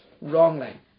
wrongly